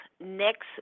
Next